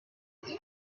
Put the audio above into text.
vente